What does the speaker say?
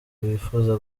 bifuza